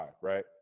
right